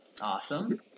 Awesome